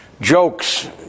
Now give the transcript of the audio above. jokes